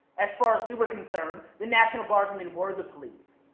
as far as we were concerned, the national guardsmen were the police.